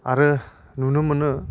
आरो नुनो मोनो